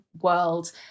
world